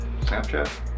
Snapchat